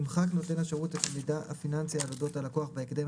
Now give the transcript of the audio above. ימחק נותן השירות את המידע הפיננסי על אודות הלקוח בהקדם